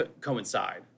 coincide